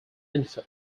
info